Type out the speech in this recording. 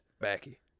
Backy